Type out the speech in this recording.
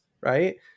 right